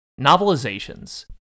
Novelizations